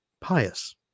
pious